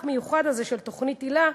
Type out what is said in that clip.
המיוחד הזה של תוכנית היל"ה,